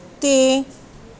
ਅਤੇ